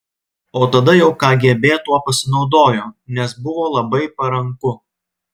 o tada jau kgb tuo pasinaudojo nes buvo labai paranku